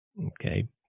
Okay